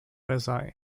versailles